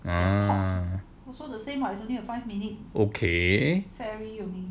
ah okay